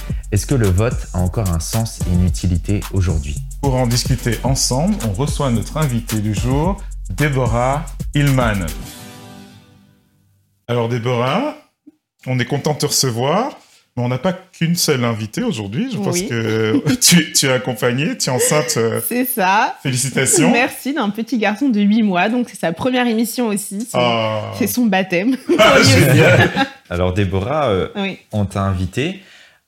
Est-ce que le vote a encore un sens et une utilité aujourd'hui ? Pour en discuter ensemble, on reçoit notre invitée du jour, Déborah Hillman. Alors, Déborah, on est content de te recevoir, mais on n'a pas qu'une seule invitée aujourd'hui. Je pense Oui. que tu- tu es accompagnée, tu es enceinte. C'est ça. Félicitations. Merci, d'un petit garçon de huit mois. Donc, c'est sa première émission aussi. C'est Ah. son- c'est son baptême. Ah, génial. Alors, Déborah, euh, Oui. on t'a invitée, euh,